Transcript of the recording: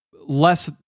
less